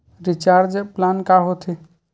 Recharge plan का होथे?